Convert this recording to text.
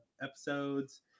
episodes